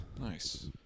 Nice